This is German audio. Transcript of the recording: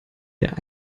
der